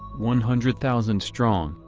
one hundred thousand strong,